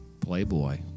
Playboy